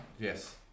yes